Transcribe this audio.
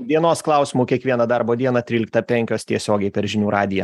dienos klausimu kiekvieną darbo dieną tryliktą penkios tiesiogiai per žinių radiją